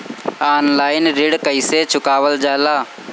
Online ऋण कईसे चुकावल जाला?